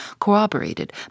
corroborated